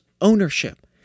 ownership